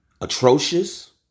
Atrocious